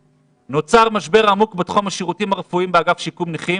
"נוצר משבר עמוק בתחום השירותים הרפואיים באגף שיקום נכים,